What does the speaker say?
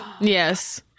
Yes